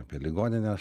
apie ligonines